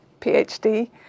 PhD